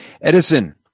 Edison